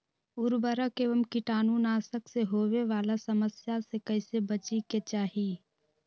उर्वरक एवं कीटाणु नाशक से होवे वाला समस्या से कैसै बची के चाहि?